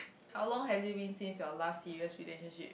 how long had you been since your last serious relationship